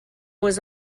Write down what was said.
was